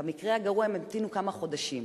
במקרה הגרוע הם ימתינו כמה חודשים.